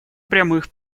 прямых